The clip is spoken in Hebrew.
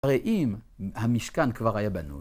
הרי אם המשכן כבר היה בנוי.